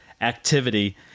activity